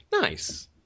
Nice